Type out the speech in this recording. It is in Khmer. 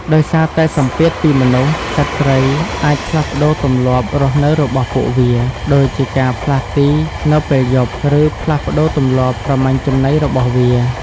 ដោយសារតែសម្ពាធពីមនុស្ស សត្វព្រៃអាចផ្លាស់ប្តូរទម្លាប់រស់នៅរបស់ពួកវា ដូចជាការផ្លាស់ទីនៅពេលយប់ ឬផ្លាស់ប្តូរទម្លាប់ប្រមាញ់ចំណីរបស់វា។